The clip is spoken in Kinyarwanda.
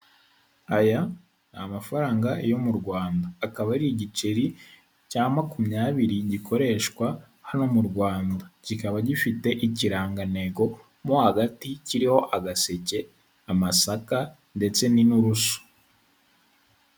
Aya ni amafaranga yo mu Rwanda akaba ari igiceri cya makumyabiri, gikoreshwa hano mu Rwanda kikaba gifite ikirangantego mo hagati, kiriho agaseke, amasaka, ndetse n'in'urusu.